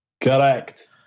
correct